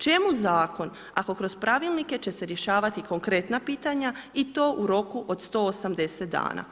Čemu Zakon ako kroz pravilnike će se rješavati konkretna pitanja i to u roku od 180 dana.